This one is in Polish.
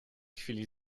chwili